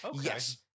Yes